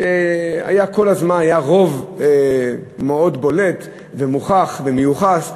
כשהיה כל הזמן רוב מאוד בולט ומוכח ומיוחד.